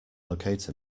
locate